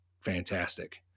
fantastic